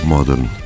Modern